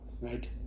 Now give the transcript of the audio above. right